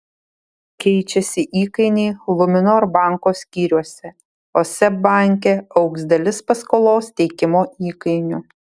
keičiasi įkainiai luminor banko skyriuose o seb banke augs dalis paskolos teikimo įkainių